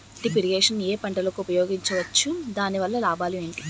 Drip irrigation ఏ పంటలకు ఉపయోగించవచ్చు? దాని వల్ల లాభాలు ఏంటి?